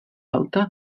alta